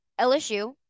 LSU